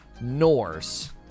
Norse